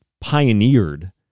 pioneered